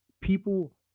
people